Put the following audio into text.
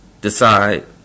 decide